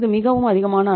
இது மிகவும் அதிகமான அளவு